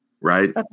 right